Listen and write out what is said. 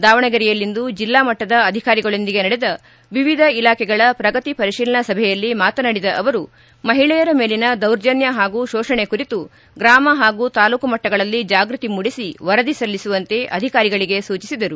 ದಾವಣಗೆರೆಯಲ್ಲಿಂದು ಜಿಲ್ಲಾ ಮಟ್ನದ ಅಧಿಕಾರಿಗಕೊಂದಿಗೆ ನಡೆದ ವಿವಿಧ ಇಲಾಖೆಗಳ ಪ್ರಗತಿ ಪರಿತೀಲನಾ ಸಭೆಯಲ್ಲಿ ಮಾತನಾಡಿದ ಅವರು ಮಹಿಳೆಯರ ಮೇಲಿನ ದೌರ್ಜನ್ನ ಹಾಗೂ ಶೋಷಣೆ ಕುರಿತು ಗ್ರಮ ಹಾಗೂ ತಾಲೂಕು ಮಟ್ಟಗಳಲ್ಲಿ ಜಾಗೃತಿ ಮೂಡಿಸಿ ವರದಿ ಸಲ್ಲಿಸುವಂತೆ ಅಧಿಕಾರಿಗಳಿಗೆ ಸೂಚಿಸಿದರು